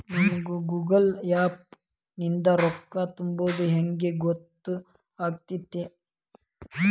ನಮಗ Google Pay app ನಿಂದ ರೊಕ್ಕಾ ತುಂಬಿದ್ದ ಹೆಂಗ್ ಗೊತ್ತ್ ಆಗತೈತಿ?